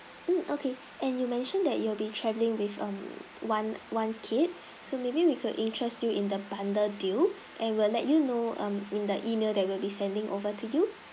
mm okay and you mention that you will be travelling with um one one kid so maybe we could interest you in the bundle deal and we'll let you know um in the email that will be sending over to you